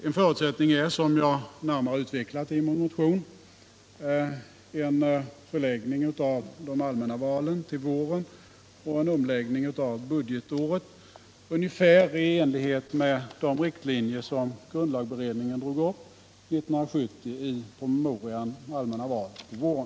En förutsättning är, som jag närmare utvecklat i min motion, en förläggning av de allmänna valen till våren och en omläggning av budgetåret, ungefär i enlighet med de riktlinjer som grundlagberedningen drog upp 1970 i promemorian Allmänna val på våren.